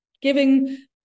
giving